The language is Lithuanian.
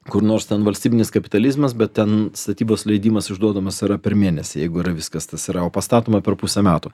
kur nors ten valstybinis kapitalizmas bet ten statybos leidimas išduodamas yra per mėnesį jeigu yra viskas tas yra o pastatoma per pusę metų